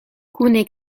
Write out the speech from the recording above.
kune